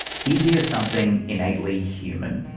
he hears something innately human.